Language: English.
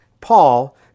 Paul